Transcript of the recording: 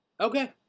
Okay